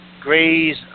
greys